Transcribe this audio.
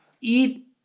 eat